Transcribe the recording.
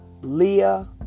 Leah